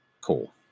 Cool